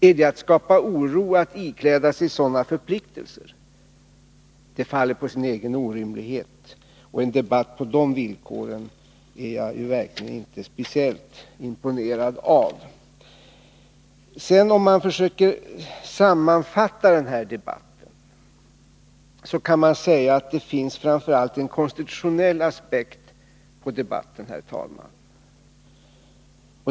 Är det att skapa oro att ikläda sig sådana förpliktelser? Det faller på sin egen orimlighet. En debatt på de villkoren är jag verkligen inte speciellt imponerad av. Om man försöker sammanfatta denna debatt kan man säga att den framför allt har en konstitutionell aspekt, herr talman.